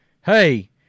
Hey